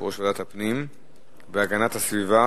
יושב-ראש ועדת הפנים והגנת הסביבה.